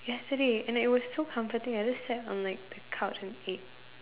yesterday and it was so comforting I just sat on like the couch and ate